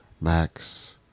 Max